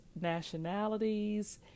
nationalities